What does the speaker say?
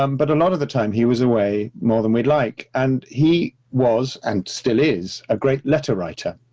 um but a lot of the time he was away more than we'd like, and he was, and still is a great letter writer.